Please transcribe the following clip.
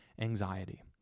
anxiety